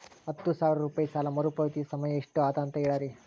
ಹತ್ತು ಸಾವಿರ ರೂಪಾಯಿ ಸಾಲ ಮರುಪಾವತಿ ಸಮಯ ಎಷ್ಟ ಅದ ಅಂತ ಹೇಳರಿ?